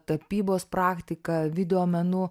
tapybos praktika videomenu